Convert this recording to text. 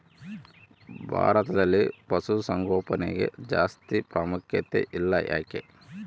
ಭಾರತದಲ್ಲಿ ಪಶುಸಾಂಗೋಪನೆಗೆ ಜಾಸ್ತಿ ಪ್ರಾಮುಖ್ಯತೆ ಇಲ್ಲ ಯಾಕೆ?